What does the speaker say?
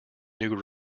new